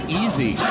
easy